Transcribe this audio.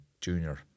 junior